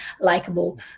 likable